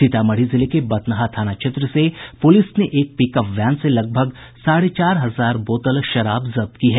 सीतामढ़ी जिले के बथनाहा थाना क्षेत्र से पुलिस ने एक पिकअप वैन से लगभग साढ़े चार हजार बोतल शराब जब्त की है